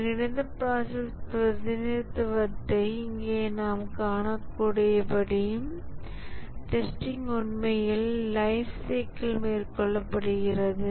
ஒருங்கிணைந்த ப்ராசஸ் பிரதிநிதித்துவத்தை இங்கே நாம் காணக்கூடியபடி டெஸ்டிங் உண்மையில் லைப் சைக்கிள் மேற்கொள்ளப்படுகிறது